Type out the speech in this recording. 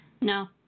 No